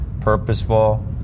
purposeful